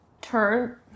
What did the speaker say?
turn